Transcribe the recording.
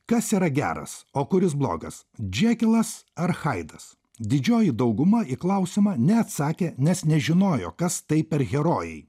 kas yra geras o kuris blogas džekilas ar haidas didžioji dauguma į klausimą neatsakė nes nežinojo kas tai per herojai